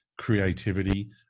creativity